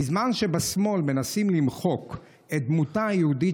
בזמן שבשמאל מנסים למחוק את דמותה היהודית